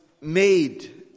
made